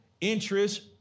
interest